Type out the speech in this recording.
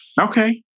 Okay